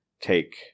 take